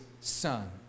son